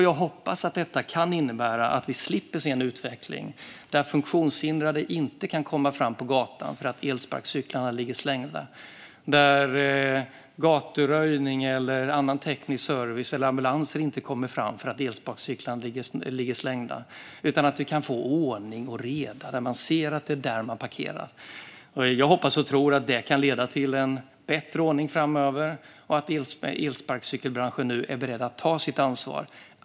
Jag hoppas att detta kan innebära att vi slipper se en utveckling där funktionshindrade, gaturöjning, annan teknisk service eller ambulanser inte kommer fram på gatan för att elsparkcyklarna ligger slängda där. Jag hoppas att vi kan få ordning och reda och att man ser att det är på särskilda platser man parkerar. Jag hoppas och tror att det kan leda till en bättre ordning framöver och att elsparkcykelbranschen nu är beredd att ta sitt ansvar.